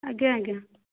ଆଜ୍ଞା ଆଜ୍ଞା